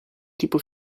tipo